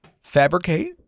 Fabricate